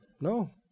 No